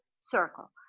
circle